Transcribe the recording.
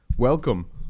Welcome